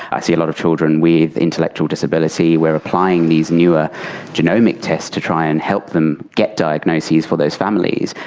i see a lot of children with intellectual disability, we're applying these newer genomic tests to try and help them get diagnoses for those families,